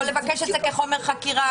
יכול לבקש את זה כחומר חקירה.